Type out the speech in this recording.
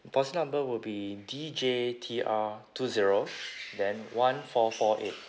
policy number will be D J T R two zero then one four four A